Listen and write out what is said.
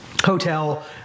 hotel